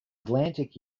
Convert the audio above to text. atlantic